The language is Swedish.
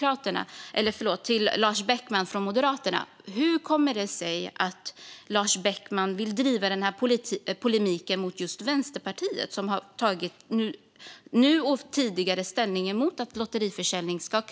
Jag frågar Lars Beckman och Moderaterna: Hur kommer det sig att Lars Beckman vill driva denna polemik mot just Vänsterpartiet, som både nu och tidigare tagit ställning mot lottförsäljning som